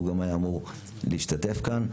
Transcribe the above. השר היה אמור להשתתף בדיון היום,